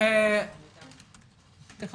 צריך